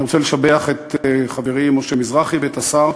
ואני רוצה לשבח את חברי משה מזרחי ואת השר,